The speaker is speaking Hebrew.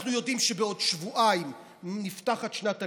אנחנו יודעים שבעוד שבועיים נפתחת שנת הלימודים.